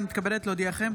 אני מתכבדת להודיעכם,